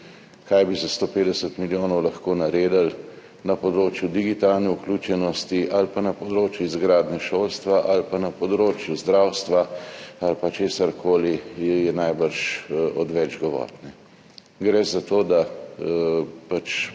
Kaj bi za 150 milijonov lahko naredili na področju digitalne vključenosti ali pa na področju izgradnje šolstva ali pa na področju zdravstva ali pa česarkoli, je najbrž odveč govoriti. Gre za to, da se